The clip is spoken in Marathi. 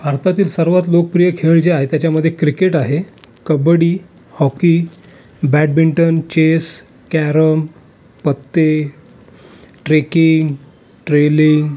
भारतातील सर्वात लोकप्रिय खेळ जे आहेत त्याच्यामध्ये क्रिकेट आहे kabaddi hockey badminton chess carrom पत्ते ट्रेकिंग ट्रेलिंग